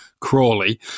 Crawley